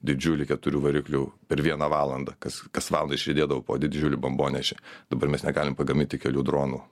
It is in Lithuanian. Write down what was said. didžiulį keturių variklių per vieną valandą kas kas valandą išriedėdavo po didžiulį bombonešį dabar mes negalim pagaminti kelių dronų